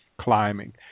climbing